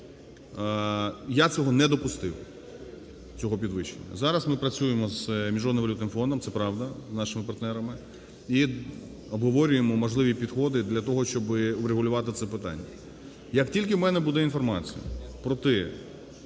Я цього не допустив, цього підвищення. Зараз ми працюємо з Міжнародним валютним фондом, це правда, з нашими партнерами і обговорюємо можливі підходи для того, щоб урегулювати це питання. Як тільки у мене буде інформація про те,